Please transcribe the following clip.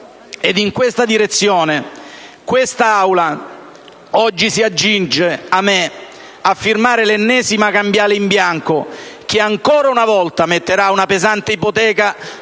In questa direzione, quest'Aula oggi si accinge ahimé a firmare questa ennesima cambiale in bianco, che ancora una volta metterà una pesante ipoteca